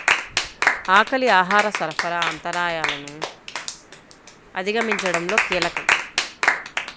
ఆకలి ఆహార సరఫరా అంతరాయాలను అధిగమించడంలో కీలకం